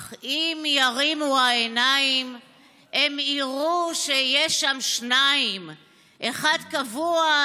/ אך אם ירימו העיניים / הם יראו שיש שם שניים / אחד קבוע,